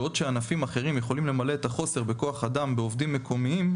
בעוד שענפים אחרים יכולים למלא את החוסר בכוח אדם בעובדים מקומיים,